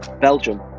Belgium